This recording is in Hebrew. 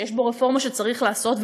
שיש בו רפורמה שצריך לעשות,